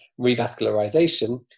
revascularization